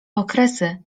okresy